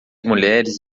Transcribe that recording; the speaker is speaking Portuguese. mulheres